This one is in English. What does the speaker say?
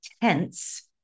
tense